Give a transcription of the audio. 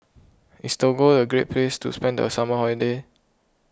is Togo a great place to spend a summer holiday